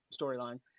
storyline